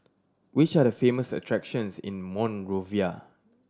which are the famous attractions in Monrovia